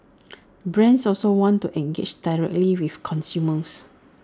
brands also want to engage directly with consumers